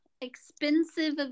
expensive